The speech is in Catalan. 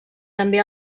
també